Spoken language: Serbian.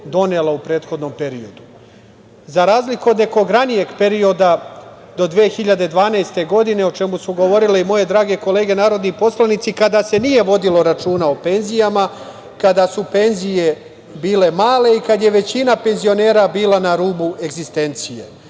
donela u prethodnom periodu.Za razliku od nekog ranijeg perioda do 2012. godine, o čemu su govorile i moje drage kolege narodni poslanici, kada se nije vodilo računa o penzijama, kada su penzije bile male i kada je većina penzionera bila na rubu egzistencije.